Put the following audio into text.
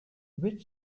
with